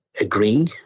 agree